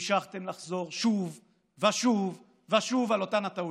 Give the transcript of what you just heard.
המשכתם לחזור שוב ושוב ושוב על אותן הטעויות,